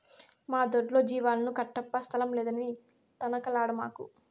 మా దొడ్లో జీవాలను కట్టప్పా స్థలం లేదని తనకలాడమాకు